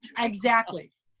exactly.